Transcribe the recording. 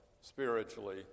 spiritually